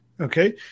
Okay